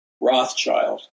Rothschild